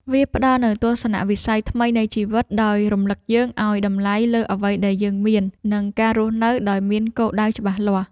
វាផ្ដល់នូវទស្សនៈវិស័យថ្មីនៃជីវិត ដោយរំលឹកយើងឱ្យតម្លៃលើអ្វីដែលយើងមាន និងការរស់នៅដោយមានគោលដៅច្បាស់លាស់។